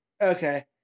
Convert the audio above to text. Okay